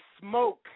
smoke